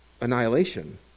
annihilation